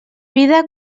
vida